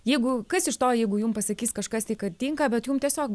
jeigu kas iš to jeigu jum pasakys kažkas tai kad tinka bet jums tiesiog